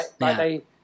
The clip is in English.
right